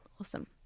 Awesome